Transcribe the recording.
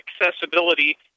accessibility